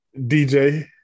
DJ